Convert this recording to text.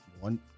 one